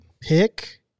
Pick